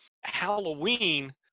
Halloween